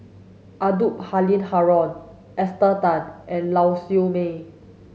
Abdul Halim Haron Esther Tan and Lau Siew Mei